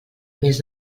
mes